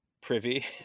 privy